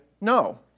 no